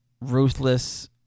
ruthless